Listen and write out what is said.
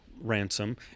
Ransom